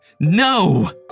No